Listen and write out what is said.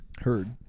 Heard